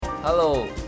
Hello